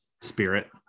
spirit